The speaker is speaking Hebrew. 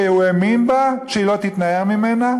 שהוא האמין בה שהיא לא תתנער ממנו,